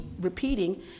repeating